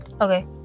okay